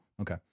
Okay